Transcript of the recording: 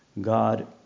God